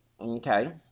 okay